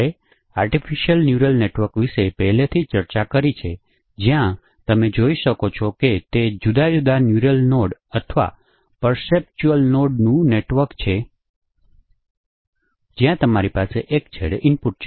આપણે artificial neural network વિશે પહેલાથી ચર્ચા કરી છે જ્યાં તમે જોઈ શકો છો કે તે જુદા જુદા ન્યુરલ નોડ અથવા પર્સેપ્ચ્યુઅલ નોડ નું નેટવર્ક છે જ્યાં તમારી પાસે એક છેડે ઇનપુટ છે